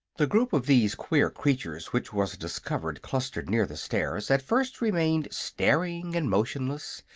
the group of these queer creatures which was discovered clustered near the stairs at first remained staring and motionless,